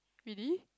really